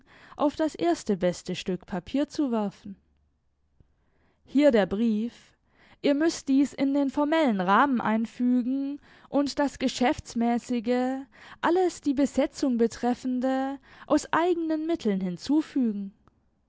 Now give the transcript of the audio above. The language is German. auf das erste beste stück papier zu werfen hier der brief ihr müßt dies in den formellen rahmen einfügen und das geschäftsmäßige alles die besetzung betreffende aus eigenen mitteln hinzufügen